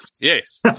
yes